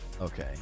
Okay